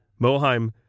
Moham